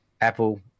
Apple